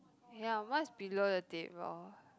ya mine is below the table